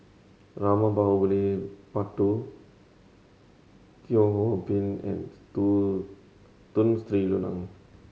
Rama Teo Ho Pin and Tun Sri Lanang